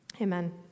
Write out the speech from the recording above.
Amen